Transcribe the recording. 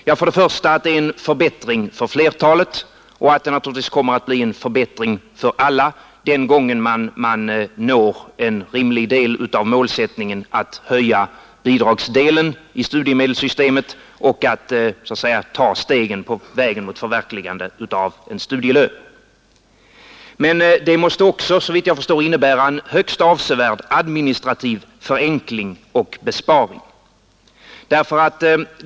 Först och främst är det en förbättring för flertalet och kommer naturligtvis att bli en förbättring för alla, när man når en rimlig del av målsättningen att höja bidragsdelen i studiemedelssystemet och ta steget mot förverkligandet av studielön. Det måste också, såvitt jag förstår, innebära en högst avsevärd administrativ förenkling och besparing.